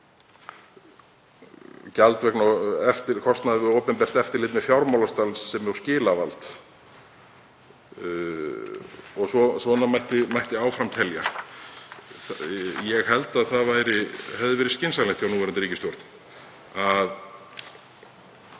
gjald vegna kostnaðar við opinbert eftirlit með fjármálastarfsemi og skilavald og svona mætti áfram telja. Ég held að það hefði verið skynsamlegt hjá núverandi ríkisstjórn